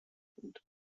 بود